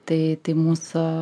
tai tai mūsų